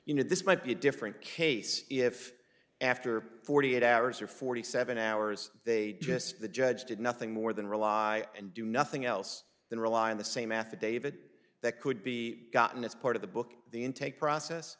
you know this might be a different case if after forty eight hours or forty seven hours they just the judge did nothing more than rely and do nothing else than rely on the same affidavit that could be gotten as part of the book the intake process